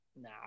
Nah